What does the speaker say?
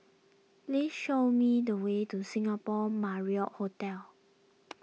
please show me the way to Singapore Marriott Hotel